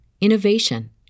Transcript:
innovation